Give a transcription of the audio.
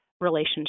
relationship